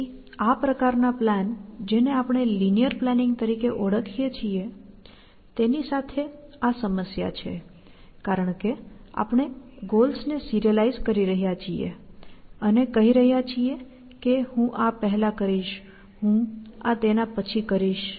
તેથી આ પ્રકારના પ્લાન જેને આપણે લિનીઅર પ્લાનિંગ તરીકે ઓળખીએ છે તેની સાથે આ સમસ્યા છે કારણ કે આપણે ગોલ્સને સિરીઅલાઈઝ કરી રહ્યા છીએ અને કહી રહ્યા છીએ કે હું આ પહેલા કરીશ અને હું આ તેના પછી કરીશ